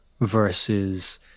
versus